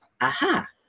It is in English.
aha